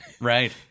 Right